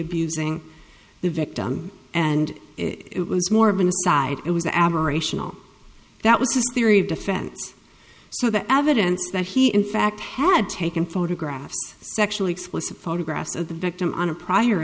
abusing the victim and it was more of an aside it was aberrational that was his theory of defense so the avodah that he in fact had taken photographs sexually explicit photographs of the victim on a prior